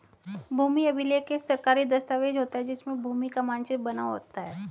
भूमि अभिलेख एक सरकारी दस्तावेज होता है जिसमें भूमि का मानचित्र बना होता है